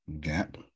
gap